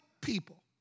people